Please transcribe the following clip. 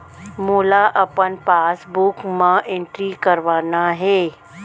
मोला अपन पासबुक म एंट्री करवाना हे?